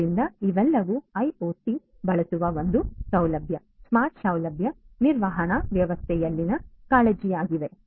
ಆದ್ದರಿಂದ ಇವೆಲ್ಲವೂ ಐಒಟಿ ಬಳಸುವ ಒಂದೇ ಸೌಲಭ್ಯ ಸ್ಮಾರ್ಟ್ ಸೌಲಭ್ಯ ನಿರ್ವಹಣಾ ವ್ಯವಸ್ಥೆಯಲ್ಲಿನ ಕಾಳಜಿಗಳಾಗಿವೆ